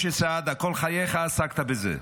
משה סעדה, כל חייך עסקת בזה.